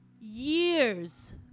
years